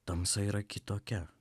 tamsa yra kitokia